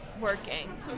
working